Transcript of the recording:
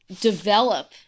develop